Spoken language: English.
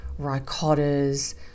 ricottas